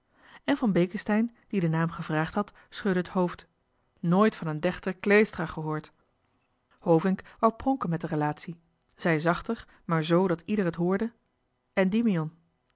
en van beeckesteyn die den naam gevraagd had schudde het hoofd nooit van een dèchter claistra gehoord hovink wou pronken met de relatie zei zachter maar z dat ieder het hoorde